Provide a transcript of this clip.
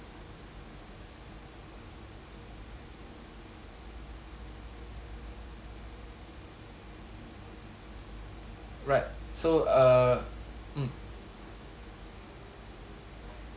right so uh mm